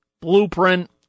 blueprint